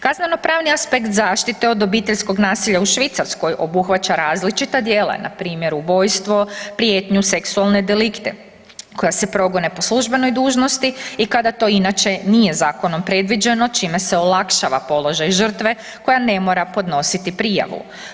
Kaznenopravni aspekt zaštite od obiteljskog nasilja u Švicarskoj obuhvaća različita djela, npr. ubojstvo, prijetnju, seksualne delikte koja se progone po službenoj dužnosti i kada to inače nije zakonom predviđeno, čime se olakšava položaj žrtve, koja ne mora podnositi prijavu.